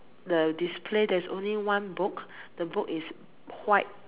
the display there's only one book the book is white